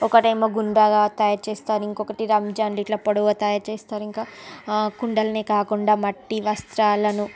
ఒకటి ఏమో గుండ్రంగా తయారు చేస్తారు ఇంకొకటి రంజాన్ ఇట్లా పొడవు తయారు చేస్తారు ఇంకా కుండలనే కాకుండా మట్టి వస్త్రాలను